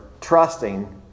trusting